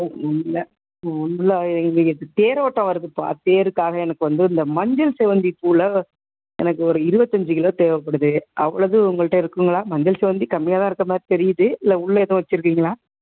முல்லை முல்லை இது தேரோட்டோம் வருதுப்பா தேருக்காவ எனக்கு வந்து இந்த மஞ்சள் செவ்வந்தி பூவில எனக்கு ஒரு இருபத்தஞ்சு கிலோ தேவைப்படுது அவ்வளோது உங்கள்கிட்ட இருக்குங்களா மஞ்சள் செவ்வந்தி கம்மியாகதான் இருக்கமாதிரி தெரியுது இல்லை உள்ள எதுவு வச்சுருக்கீங்களா